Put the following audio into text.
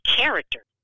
character